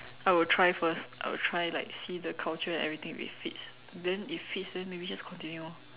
I would try first I would try like see the culture everything if it fits then if it fits maybe just continue orh